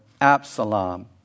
Absalom